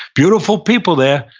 beautiful people there,